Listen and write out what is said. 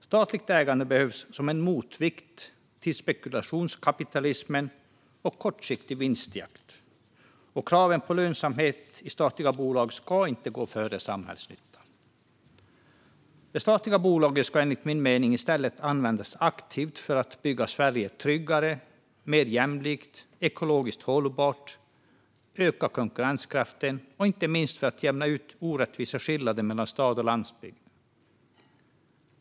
Statligt ägande behövs som en motvikt till spekulationskapitalism och kortsiktig vinstjakt, och kraven på lönsamhet i statliga bolag ska inte gå före samhällsnyttan. De statliga bolagen ska enligt min mening i stället användas aktivt för att bygga Sverige tryggare, mer jämlikt och ekologiskt hållbart, för att öka konkurrenskraften och inte minst för att jämna ut orättvisa skillnader mellan stad och landsbygd.